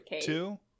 Two